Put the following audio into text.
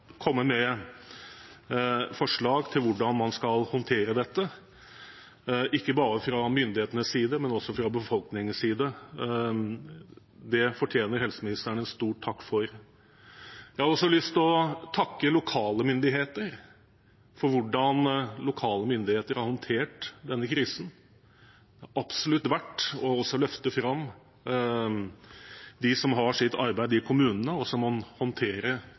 med forslag til hvordan man skal håndtere dette, ikke bare fra myndighetenes side, men også fra befolkningens side. Det fortjener helseministeren en stor takk for. Jeg har også lyst til å takke lokale myndigheter for hvordan de har håndtert denne krisen. Det er absolutt også verdt å løfte fram dem som har sitt arbeid i kommunene, og som må håndtere